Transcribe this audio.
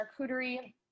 charcuterie